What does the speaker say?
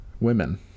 women